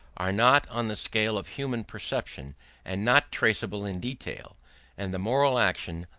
are not on the scale of human perception and not traceable in detail and the moral action,